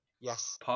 Yes